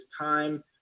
time